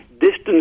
distance